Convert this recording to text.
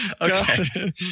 Okay